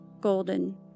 Golden